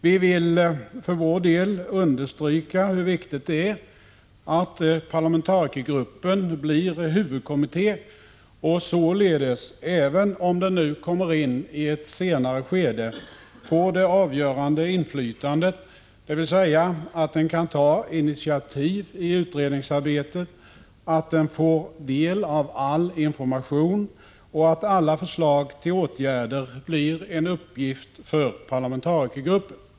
Vi vill för vår del understryka hur viktigt det är att parlamentarikergruppen blir huvud 49 kommitté och således — även om den nu kommer in i ett senare skede — får det avgörande inflytandet, dvs. att den kan ta initiativ i utredningsarbetet, att den får del av all information och att alla förslag till åtgärder blir en uppgift för parlamentarikergruppen.